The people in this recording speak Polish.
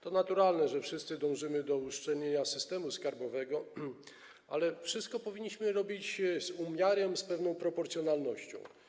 To naturalne, że wszyscy dążymy do uszczelnienia systemu skarbowego, ale wszystko powinniśmy robić z umiarem, zachowując pewną proporcjonalność.